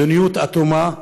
מדיניות אטומה.